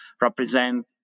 represent